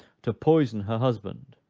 to poison her husband.